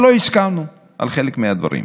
ולא הסכמנו על חלק מהדברים.